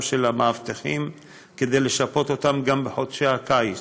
של המאבטחים כדי לשפות אותם גם בחודשי הקיץ,